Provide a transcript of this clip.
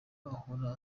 ahora